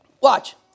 watch